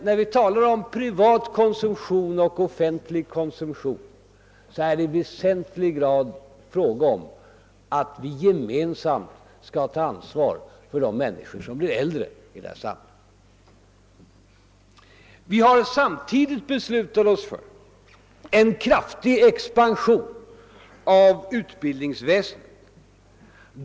När vi talar om privat konsumtion och offentlig konsumtion skall vi komma ihåg att det härvidlag i väsentlig grad är fråga om att gemensamt ta ansvar för de människor som blir äldre i detta samhälle. Vi har samtidigt beslutat oss för en kraftig expansion av utbildningsväsendet.